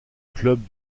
club